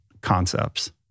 concepts